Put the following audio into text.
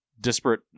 disparate